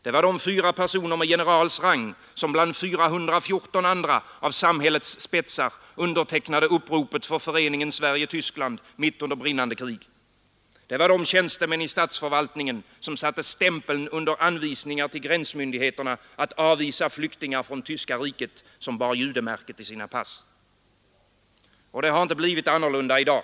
Det var de fyra personer med generals rang som bland 414 andra av samhällets spetsar undertecknade uppropet för Föreningen Sverige-Tyskland mitt under brinnande krig. Det var de tjänstemän i statsförvaltningen som satte stämpeln under anvisningar till gränsmyndigheterna att avvisa flyktingar från Tyska riket vilka bar judemärket i sina pass. Och det har inte blivit annorlunda i dag.